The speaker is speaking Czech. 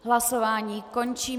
Hlasování končím.